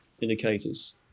Indicators